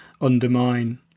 undermine